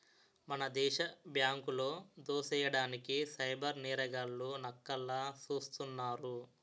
మన దేశ బ్యాంకులో దోసెయ్యడానికి సైబర్ నేరగాళ్లు నక్కల్లా సూస్తున్నారు